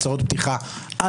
תודה.